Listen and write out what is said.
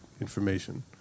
information